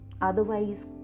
otherwise